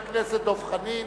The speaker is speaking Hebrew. ולאחריו, חבר הכנסת דב חנין,